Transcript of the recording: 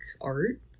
art